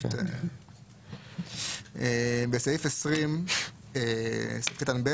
בסעיף 20(ב),